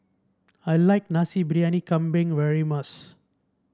I like Nasi Briyani Kambing very much